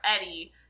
Eddie